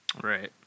Right